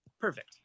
Perfect